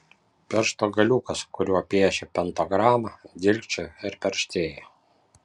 piršto galiukas kuriuo piešė pentagramą dilgčiojo ir perštėjo